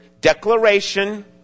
declaration